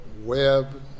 web